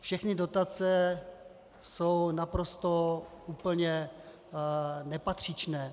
Všechny dotace jsou naprosto úplně nepatřičné.